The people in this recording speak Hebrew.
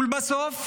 לבסוף,